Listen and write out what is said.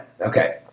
Okay